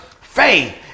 Faith